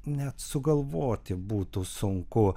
net sugalvoti būtų sunku